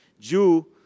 due